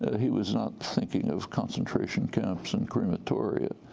he was not thinking of concentration camps and crematoria,